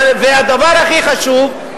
והדבר הכי חשוב,